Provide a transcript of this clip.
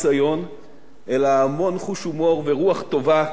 אלא המון חוש הומור, ורוח טובה, ושמחת חיים.